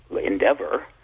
endeavor